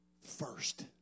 first